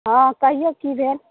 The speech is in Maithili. हँ कहियौ की भेल